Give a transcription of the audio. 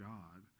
God